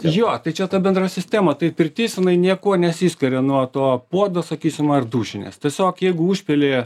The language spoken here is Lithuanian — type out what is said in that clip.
jo tai čia ta bendra sistema tai pirtis jinai niekuo nesiskiria nuo to puodo sakysim ar dušinės tiesiog jeigu užpili